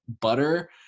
butter